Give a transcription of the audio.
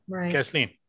Kathleen